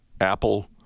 Apple